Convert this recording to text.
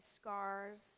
scars